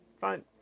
fine